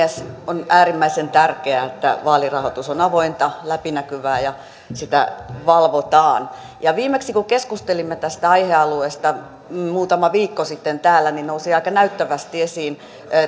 on äärimmäisen tärkeää että vaalirahoitus on avointa läpinäkyvää ja sitä valvotaan kun viimeksi keskustelimme tästä aihealueesta muutama viikko sitten täällä niin nousi aika näyttävästi esiin